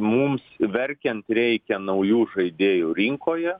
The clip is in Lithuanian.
mums verkiant reikia naujų žaidėjų rinkoje